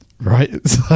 Right